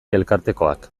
elkartekoak